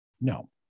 No